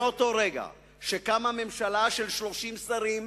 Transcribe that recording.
מאותו רגע שקמה ממשלה של 30 שרים,